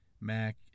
Mac